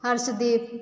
Harshdeep